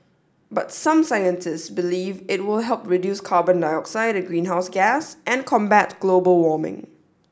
but some scientists believe it will help reduce carbon dioxide a greenhouse gas and combat global warming